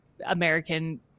American